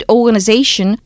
Organization